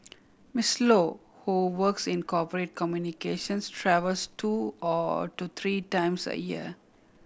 Miss Low who works in corporate communications travels two or to three times a year